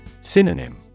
Synonym